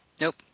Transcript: Nope